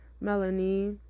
Melanie